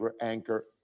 anchor